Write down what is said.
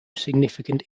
significant